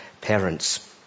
parents